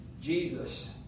Jesus